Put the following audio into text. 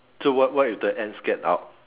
so so what what if the ants get out